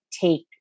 take